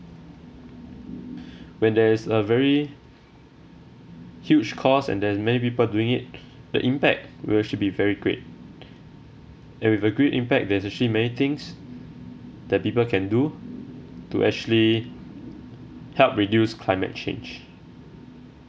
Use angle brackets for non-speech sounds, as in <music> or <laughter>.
when there is a very huge cause and there's many people doing it <breath> the impact will should be very great and with a great impact there's actually many things that people can do to actually help reduce climate change